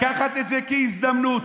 לקחת את זה כהזדמנות,